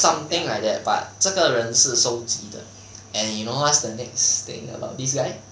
something like that but 这个人是收集的 and you know what's the next thing about this guy